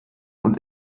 und